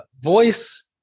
voice